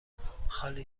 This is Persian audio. خالی